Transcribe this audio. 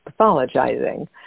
pathologizing